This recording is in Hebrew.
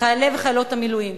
חיילי וחיילות המילואים,